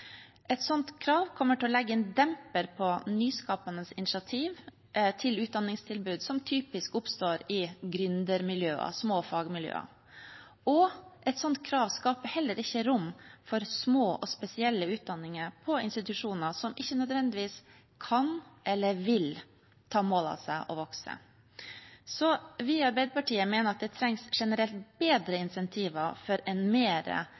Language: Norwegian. Et sånt krav kommer til å legge en demper på nyskapende initiativ til utdanningstilbud som typisk oppstår i gründermiljøer, små fagmiljøer, og et sånt krav skaper heller ikke rom for små og spesielle utdanninger på institusjoner som ikke nødvendigvis kan eller vil ta mål av seg til å vokse. Så vi i Arbeiderpartiet mener at det trengs generelt bedre insentiver for en